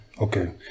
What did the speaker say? Okay